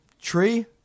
Tree